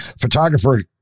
Photographer